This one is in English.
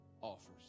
offers